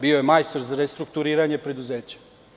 Bio je majstor za restrukturiranje preduzeća.